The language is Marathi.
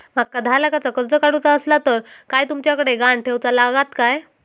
माका दहा लाखाचा कर्ज काढूचा असला तर काय तुमच्याकडे ग्हाण ठेवूचा लागात काय?